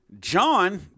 John